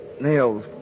nails